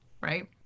right